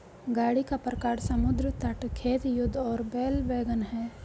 गाड़ी का प्रकार समुद्र तट, खेत, युद्ध और बैल वैगन है